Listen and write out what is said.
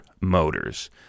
motors